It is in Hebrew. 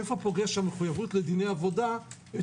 איפה פוגש המחויבות לדיני עבודה את